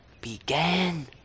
began